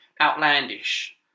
outlandish